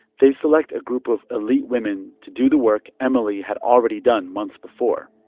they select a group of elite women to do the work emily had already done months before.